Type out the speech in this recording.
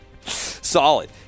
Solid